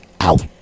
out